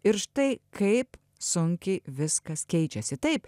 ir štai kaip sunkiai viskas keičiasi taip